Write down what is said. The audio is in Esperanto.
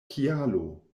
kialo